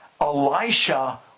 Elisha